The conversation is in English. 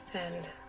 and.